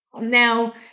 now